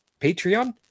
Patreon